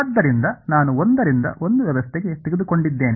ಆದ್ದರಿಂದ ನಾನು ಒಂದರಿಂದ ಒಂದು ವ್ಯವಸ್ಥೆ ತೆಗೆದುಕೊಂಡಿದ್ದೇನೆ